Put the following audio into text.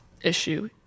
issue